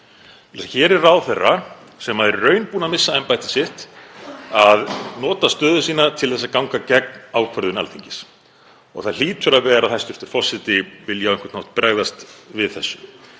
Hér er ráðherra sem er í raun búinn að missa embættið sitt að nota stöðu sína til að ganga gegn ákvörðun Alþingis. Það hlýtur að vera að hæstv. forseti vilji á einhvern hátt bregðast við þessu.